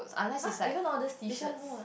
[huh] even know that's T shirt